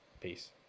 Peace